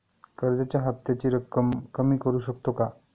कर्जाच्या हफ्त्याची रक्कम कमी करू शकतो का?